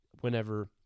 whenever